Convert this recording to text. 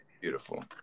beautiful